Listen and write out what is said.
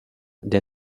der